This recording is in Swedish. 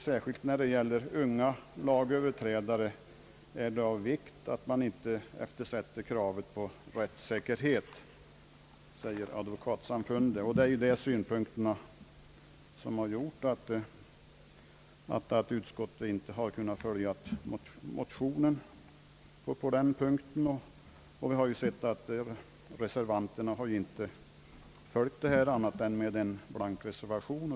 »Särskilt när det gäller unga lagöverträdare är det av vikt att kravet på rättssäkerhet inte eftersättes«, säger Advokatsamfundet. Det är dessa synpunkter som har gjort att utskottet inte har kunnat följa motionärernas förslag på denna punkt. Vi har ju också sett att reservanterna inte heller har följt motionärerna på annat sätt än med en blank reservation.